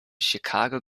chicago